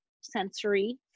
sensory